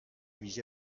ویژه